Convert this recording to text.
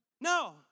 No